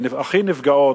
שהכי נפגעות,